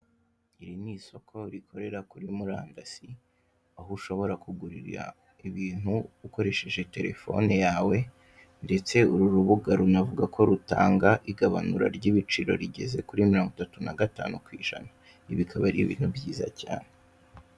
Iri n'isoko rikorera kuri murandasi, aho ushobora kugurira ibintu ukoresheje telefone yawe, ndetse uru rubuga runavugako rutanga igabanura ry'ibiciro rigeze kuri mirongo itatu na gatanu kw'ijana. Ibi bikaba ar'ibintu byiza cyane.